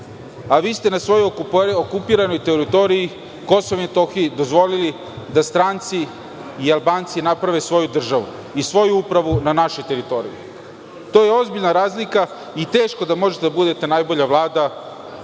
a vi ste na svojoj okupiranoj teritoriji, KiM, dozvolili da stranci i Albanci naprave svoju državu i svoju upravu na našoj teritoriji. To je ozbiljna razlika i teško da možete da budete najbolja Vlada